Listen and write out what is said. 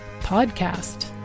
podcast